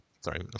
Sorry